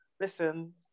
Listen